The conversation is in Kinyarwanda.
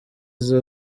izo